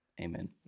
Amen